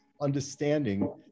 understanding